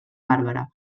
bàrbara